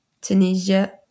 Tunisia